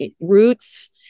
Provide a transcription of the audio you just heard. roots